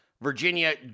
Virginia